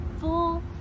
full